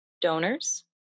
donors